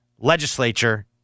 legislature